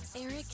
Eric